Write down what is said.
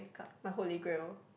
my holy grail